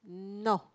no